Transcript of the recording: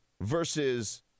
versus